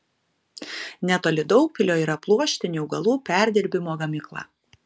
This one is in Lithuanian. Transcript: netoli daugpilio yra pluoštinių augalų perdirbimo gamykla